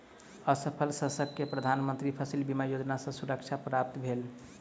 असफल शस्यक प्रधान मंत्री फसिल बीमा योजना सॅ सुरक्षा प्राप्त भेल